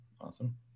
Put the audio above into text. Awesome